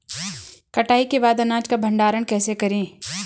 कटाई के बाद अनाज का भंडारण कैसे करें?